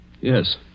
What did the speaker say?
Yes